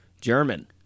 German